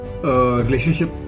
relationship